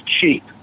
cheap